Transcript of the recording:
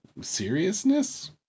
seriousness